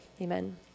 Amen